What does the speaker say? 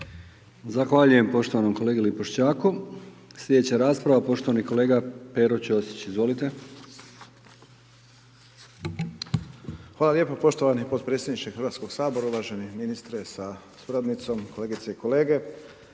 Zahvaljujem poštovanom kolegi Lipošćaku. Slijedeća rasprava poštovani kolega Pero Ćosić, izvolite. **Ćosić, Pero (HDZ)** Hvala lijepo poštovani podpredsjedniče HS-a, uvaženi ministre sa suradnicom, kolegice i kolege.